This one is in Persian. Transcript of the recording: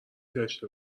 داشته